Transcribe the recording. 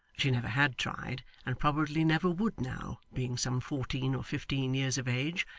she never had tried, and probably never would now, being some fourteen or fifteen years of age,